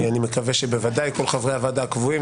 אני מקווה שבוודאי כל חברי הוועדה הקבועים,